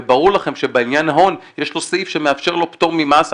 וברור לכם שבעניין הון יש לו סעיף שמאפשר לו פטור ממס.